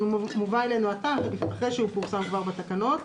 זה מובא אלינו עתה אחרי שהוא פורסם כבר בתקנות,